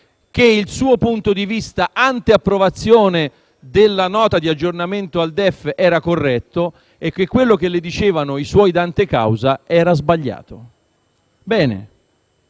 che il suo punto di vista, *ante* approvazione della Nota di aggiornamento al DEF, era corretto, e che quello che le dicevano i suoi danti causa era sbagliato. Bene,